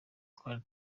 twari